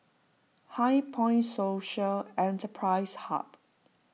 HighPoint Social Enterprise Hub